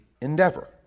endeavor